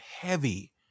heavy